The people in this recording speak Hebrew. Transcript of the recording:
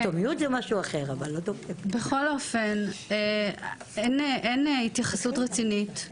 בכל אופן, אין התייחסות רצינית.